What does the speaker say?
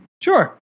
Sure